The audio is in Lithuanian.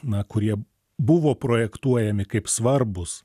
na kurie buvo projektuojami kaip svarbūs